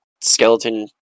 skeleton